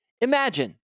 Imagine